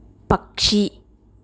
పక్షి